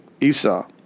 Esau